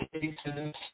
cases